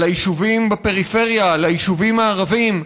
על היישובים בפריפריה, על היישובים הערביים.